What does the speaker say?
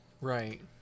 Right